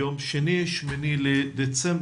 יום שני, 8.12,